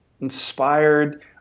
inspired